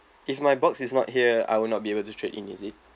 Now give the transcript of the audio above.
if my box is not here I will not be able to trade in is it